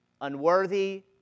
Unworthy